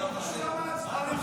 להגיד שלום זה בסדר.